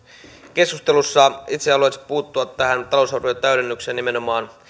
keskustelussa itse haluaisin puuttua tähän talousarvion täydennykseen nimenomaan